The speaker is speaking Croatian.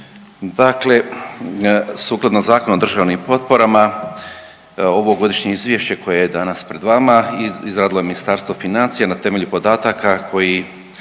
dakle sukladno Zakonu o državnim potporama ovogodišnje izvješće koje je danas pred vama izradilo je Ministarstvo financija na temelju podataka koji